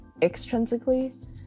extrinsically